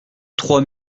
trois